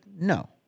No